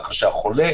כך שהחולה,